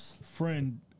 friend